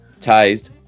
Tased